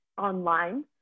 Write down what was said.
online